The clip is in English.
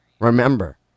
remember